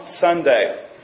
Sunday